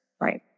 Right